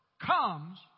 comes